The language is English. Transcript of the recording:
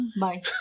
Bye